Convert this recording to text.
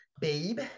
Babe